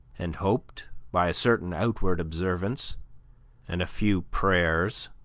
and hoped, by a certain outward observance and a few prayers,